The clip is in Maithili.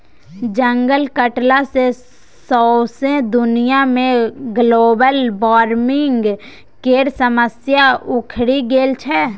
जंगल कटला सँ सौंसे दुनिया मे ग्लोबल बार्मिंग केर समस्या उखरि गेल छै